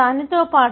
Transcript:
H0 as